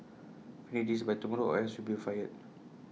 finish this by tomorrow or else you'll be fired